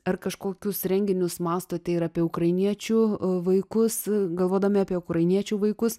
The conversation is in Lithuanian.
ar kažkokius renginius mąstote ir apie ukrainiečių vaikus galvodami apie ukrainiečių vaikus